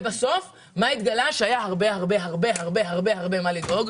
בסוף התגלה שהיה הרבה, הרבה, הרבה, הרבה מה לדאוג.